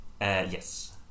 Yes